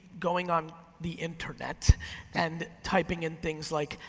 going on the internet and typing in things like,